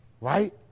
right